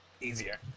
Easier